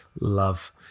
love